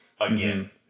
again